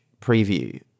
preview